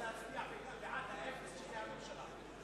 להצביע בעד האפס, שזה הממשלה.